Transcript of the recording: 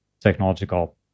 technological